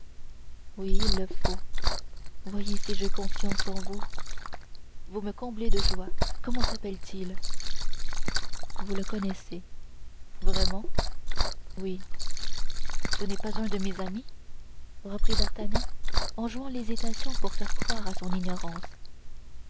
oui il le faut voyez si j'ai confiance en vous vous me comblez de joie comment s'appelle-t-il vous le connaissez vraiment oui ce n'est pas un de mes amis reprit d'artagnan en jouant l'hésitation pour faire croire à son ignorance